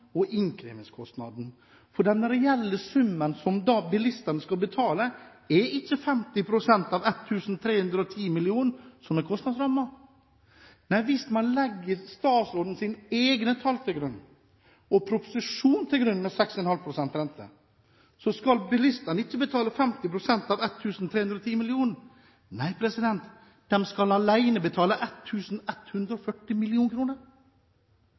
og innkrevingskostnaden. Den reelle summen som bilistene skal betale, er ikke 50 pst. av 1 310 mill. kr, som er kostnadsrammen. Hvis man legger statsrådens egne tall til grunn, og proposisjonen til grunn, med 6,5 pst. rente, skal ikke bilistene betale 50 pst. av 1 310 mill. kr, nei, de skal alene betale